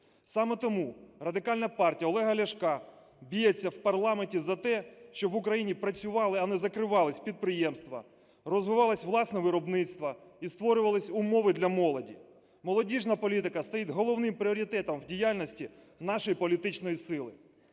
Саме тому Радикальна партія Олега Ляшка б'ється в парламенті за те, щоб в Україні працювали, а не закривались підприємства, розвивалось власне виробництво і створювались умови для молоді. Молодіжна політика стоїть головним пріоритетом в діяльності нашої політичної сили,